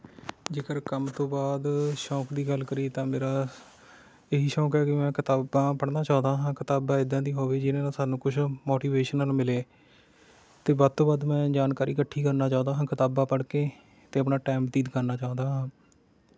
ਜੇਕਰ ਕੰਮ ਤੋਂ ਬਾਅਦ ਸ਼ੌਂਕ ਦੀ ਗੱਲ ਕਰਈਏ ਤਾਂ ਮੇਰਾ ਇਹ ਹੀ ਸ਼ੌਂਕ ਹੈ ਕੀ ਮੈਂ ਕਿਤਾਬਾਂ ਪੜ੍ਹਨਾ ਚਾਹੁੰਦਾ ਹਾਂ ਕਿਤਾਬਾਂ ਇੱਦਾਂ ਦੀ ਹੋਵੇ ਜਿਹਦੇ ਨਾਲ ਸਾਨੂੰ ਕੁੱਝ ਮੋਟੀਵੇਸ਼ਨਲ ਮਿਲੇ ਅਤੇ ਵੱਧ ਤੋਂ ਵੱਧ ਮੈਂ ਜਾਣਕਾਰੀ ਇਕੱਠੀ ਕਰਨੀ ਚਾਹੁੰਦਾ ਹਾਂ ਕਿਤਾਬਾਂ ਪੜ੍ਹਕੇ ਅਤੇ ਆਪਣਾ ਟਾਇਮ ਬਤੀਤ ਕਰਨਾ ਚਾਹੁੰਦਾ ਹਾਂ